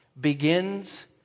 begins